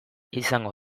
izango